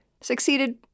succeeded